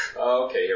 okay